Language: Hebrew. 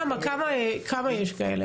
כמה יש כאלה?